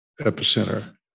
epicenter